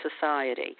society